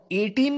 18%